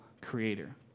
creator